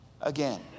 again